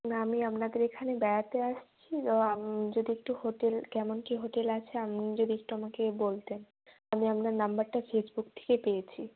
আমি আপনাদের এখানে বেড়াতে আসছি তো আপনি যদি একটু হোটেল কেমন কী হোটেল আছে আপনি যদি একটু আমাকে বলতেন আমি আপনার নম্বরটা ফেসবুক থেকে পেয়েছি